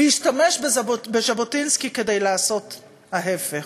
והשתמש בז'בוטינסקי כדי לעשות ההפך.